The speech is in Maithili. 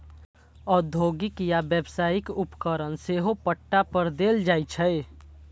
औद्योगिक या व्यावसायिक उपकरण सेहो पट्टा पर देल जाइ छै